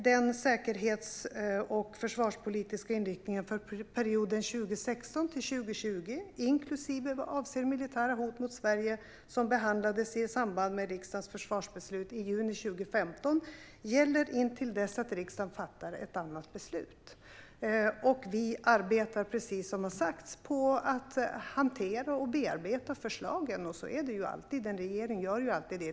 Den säkerhets och försvarspolitiska inriktningen för perioden 2016-2020, inklusive vad avser militära hot mot Sverige, som behandlades i samband med riksdagens försvarsbeslut i juni 2015 gäller intill dess att riksdagen fattar ett annat beslut. Vi arbetar, precis som har sagts, på att hantera och bearbeta förslagen. Så är det alltid; en regering gör alltid det.